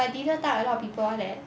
but dinner time a lot people [one] leh